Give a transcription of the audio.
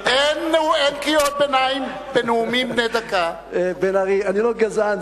חבר כנסת בן-ארי, אני לא גזען.